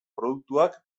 produktuak